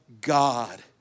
God